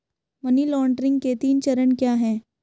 Money laundering के तीन चरण क्या हैं?